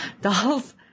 Dolls